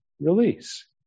release